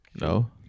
No